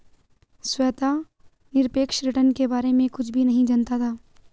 श्वेता निरपेक्ष रिटर्न के बारे में कुछ भी नहीं जनता है